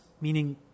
meaning